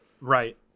right